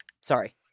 Sorry